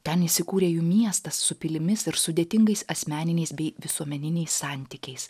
ten įsikūrė jų miestas su pilimis ir sudėtingais asmeniniais bei visuomeniniais santykiais